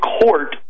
court